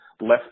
left